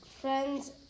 friends